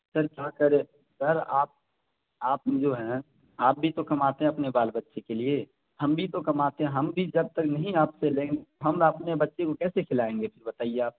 سر کیا کریں سر آپ آپ جو ہیں آپ بھی تو کماتے ہیں اپنے بال بچے کے لیے ہم بھی تو کماتے ہیں ہم بھی جب تک نہیں آپ سے لیں گے ہم اپنے بچے کو کیسے کھلائیں گے پھر بتائیے آپ